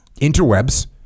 interwebs